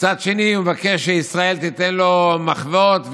מצד שני הוא מבקש שישראל תיתן לו מחוות,